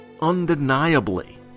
Undeniably